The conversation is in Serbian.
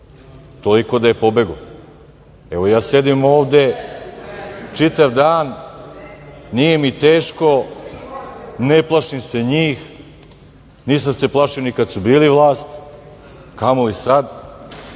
toliko da je pobegao. Evo, ja sedim ovde čitav dan, nije mi teško, ne plašim se njih, nisam se plašio ni kad su bili vlast, a kamoli sada,